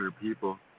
people